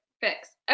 fix